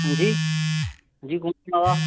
हांजी जी कुन बोल्ला दा